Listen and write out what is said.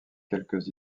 quelques